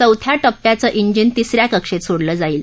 चौथ्या टप्प्याचं जिन तिस या कक्षप्त सोडलं जाईल